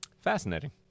Fascinating